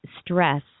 stress